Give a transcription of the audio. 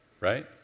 right